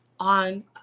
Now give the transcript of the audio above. on